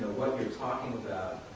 what you're talking about,